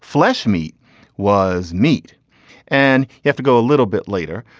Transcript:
flesh meat was meat and if to go a little bit later.